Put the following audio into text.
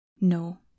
No